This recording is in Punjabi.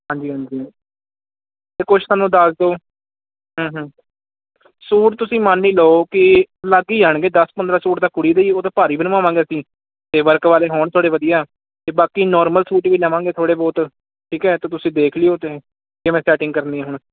ਹਾਂਜੀ ਹਾਂਜੀ ਅਤੇ ਕੁਛ ਸਾਨੂੰ ਦੱਸ ਦਓ ਹੂੰ ਹੂੰ ਸੂਟ ਤੁਸੀਂ ਮੰਨ ਹੀ ਲਓ ਕਿ ਲੱਗ ਹੀ ਜਾਣਗੇ ਦੱਸ ਪੰਦਰ੍ਹਾਂ ਸੂਟ ਤਾਂ ਕੁੜੀ ਦੇ ਹੀ ਉਹ ਤਾਂ ਭਾਰੀ ਬਨਵਾਵਾਂਗੇ ਅਸੀਂ ਅਤੇ ਵਰਕ ਵਾਲੇ ਹੋਣ ਥੋੜ੍ਹੇ ਵਧੀਆ ਅਤੇ ਬਾਕੀ ਨੌਰਮਲ ਸੂਟ ਵੀ ਲਵਾਂਗੇ ਥੋੜ੍ਹੇ ਬਹੁਤ ਠੀਕ ਹੈ ਤਾਂ ਤੁਸੀਂ ਦੇਖ ਲਿਓ ਅਤੇ ਕਿਵੇਂ ਸੈਟਿੰਗ ਕਰਨੀ ਹੁਣ